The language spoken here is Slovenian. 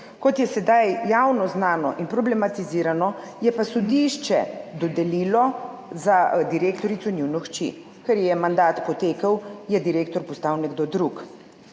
Kot je sedaj javno znano in problematizirano, je pa sodišče dodelilo za direktorico njuno hči. Ker ji je mandat potekel, je direktor postal nekdo drug.